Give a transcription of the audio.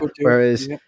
whereas